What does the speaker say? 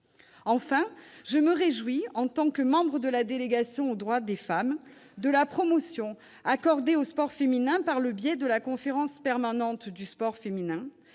Enfin, je me réjouis, en tant que membre de la délégation aux droits des femmes, de la promotion accordée au sport féminin par le biais de la Conférence permanente du sport féminin,